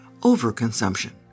overconsumption